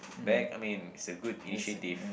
back I mean it's a good initiative